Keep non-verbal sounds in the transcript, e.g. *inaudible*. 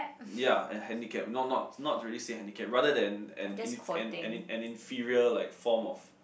ya and handicap not not not really say handicap rather than an *noise* an an an inferior like form of